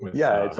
yeah,